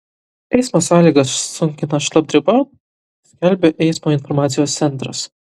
eismo sąlygas sunkina šlapdriba skelbia eismo informacijos centras